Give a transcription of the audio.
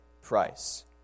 price